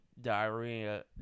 diarrhea